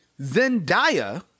Zendaya